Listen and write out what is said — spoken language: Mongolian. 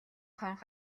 хонх